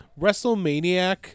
WrestleManiac